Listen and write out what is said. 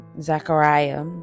Zachariah